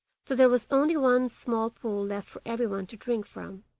till there was only one small pool left for everyone to drink from.